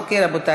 אוקיי, רבותי.